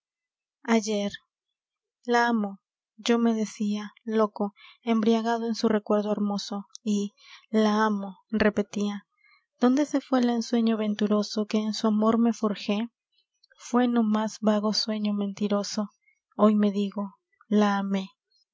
ayer la amo yo me decia loco embriagado en su recuerdo hermoso y la amo repetia dónde se fué el ensueño venturoso que en su amor me forjé fué no más vago sueño mentiroso hoy me digo la amé